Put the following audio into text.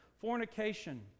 fornication